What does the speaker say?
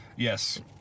Yes